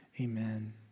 Amen